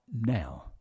now